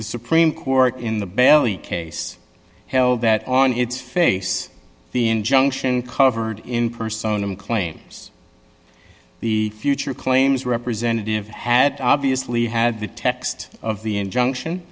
the supreme court in the belly case held that on its face the injunction covered in person and claims the future claims representative had obviously had the text of the injunction